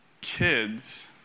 kids